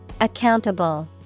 Accountable